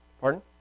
Pardon